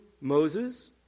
Moses